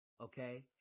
Okay